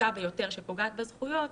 הפחותה ביותר שפוגעת בזכויות,